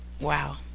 Wow